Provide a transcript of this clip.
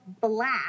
black